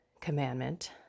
commandment